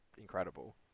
incredible